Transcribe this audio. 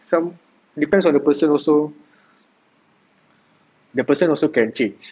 some depends on the person also the person also can change